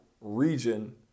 region